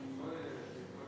נתקבל.